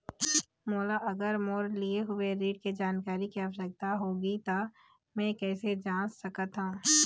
मोला अगर मोर लिए हुए ऋण के जानकारी के आवश्यकता होगी त मैं कैसे जांच सकत हव?